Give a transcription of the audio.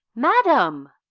madam!